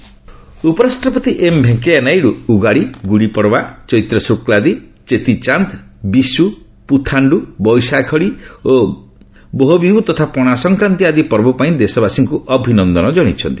vice president ଉପରାଷ୍ଟ୍ରପତି M Venkaiah Naidu Ugadi Gudi Padwa Chaitra Sukladi Cheti Chand Vishu Puthandu Baisakhi ଓ ବୋହବିହୁ ତଥା ପଣାସଂକ୍ରାନ୍ତୀ ଆଦି ପର୍ବ ପାଇଁ ଦେଶବାସୀଙ୍କୁ ଅଭିନନ୍ଦନ କଣାଇଛନ୍ତି